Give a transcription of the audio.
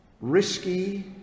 risky